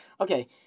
Okay